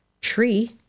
tree